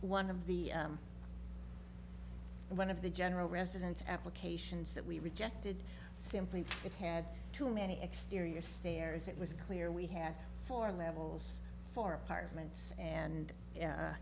one of the one of the general residence applications that we rejected simply it had too many exterior stairs it was clear we had four levels for apartments and